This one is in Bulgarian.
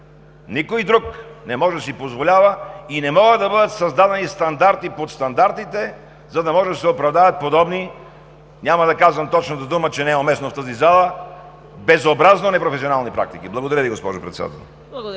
Никой друг не може да си го позволи и не могат да бъдат създавани стандарти под стандартите, за да може да се оправдаят подобни – няма да казвам точната дума, че не е уместно в тази зала, безобразно непрофесионални практики! Благодаря Ви, госпожо Председател.